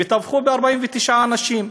טבחו ב-49 אנשים.